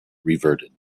reverted